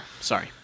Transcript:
Sorry